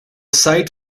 side